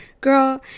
girl